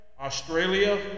Australia